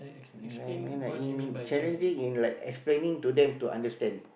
like I mean like in challenging in like explaining to them to understand